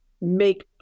make